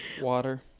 water